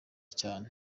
cyane